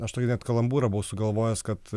aš tokį net kalambūrą buvau sugalvojęs kad